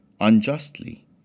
unjustly